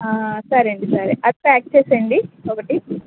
ఆ సరే అండి సరే అది ప్యాక్ చేసేయండి ఒకటి